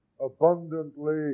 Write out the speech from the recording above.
abundantly